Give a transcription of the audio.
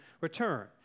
return